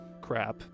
crap